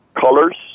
colors